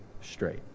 straight